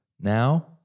Now